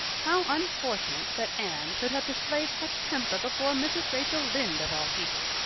how unfortunate that anne should have displayed such temper before mrs. rachel lynde, of all people!